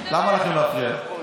למה לכם להפריע?